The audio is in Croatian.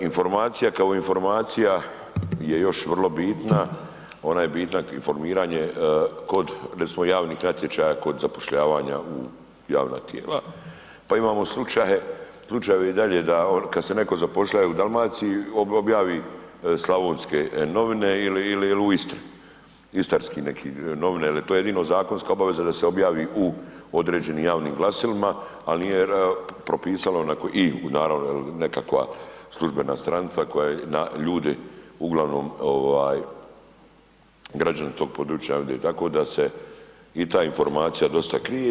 Informacija kao informacija je još vrlo bitna, ona je bitna za informiranje kod recimo javnih natječaja kod zapošljavanja u javna tijela, pa imamo slučaj, slučajeve i dalje da kad se netko zapošljaje u Dalmaciji, objavi slavonske novine ili u Istri, istarski neki, novine, jel to je jedino zakonska obaveza da se objavi u određenim javnim glasilima, al nije propisalo na, i naravno jel nekakva službena stranica koja da ljudi uglavnom, građani tog područja vide, tako da se i ta informacija dosta krije.